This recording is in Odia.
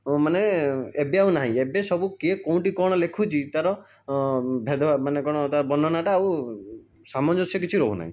ମାନେ ଏବେ ଆଉ ନାହିଁ ଏବେ ସବୁ କିଏ କେଉଁଠି କ'ଣ ଲେଖୁଛି ତା'ର ଭେଦଭାବ ମାନେ କ'ଣ ତା'ର ବର୍ଣ୍ଣନାଟା ଆଉ ସାମଞ୍ଜସ୍ୟ କିଛି ରହୁନାହିଁ